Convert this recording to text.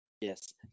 Yes